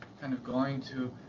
kind of, going to,